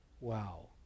Wow